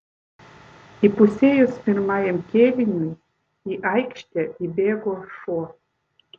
įpusėjus pirmajam kėliniui į aikštę įbėgo šuo